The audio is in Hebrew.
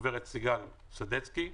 גברת סיגל סדצקי,